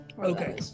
okay